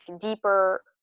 deeper